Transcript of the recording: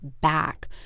back